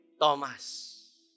Thomas